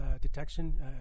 detection